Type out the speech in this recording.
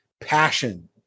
passion